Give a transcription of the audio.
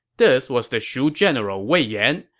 this was the shu general wei yan.